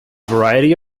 variety